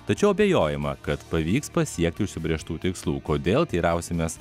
tačiau abejojama kad pavyks pasiekti užsibrėžtų tikslų kodėl teirausimės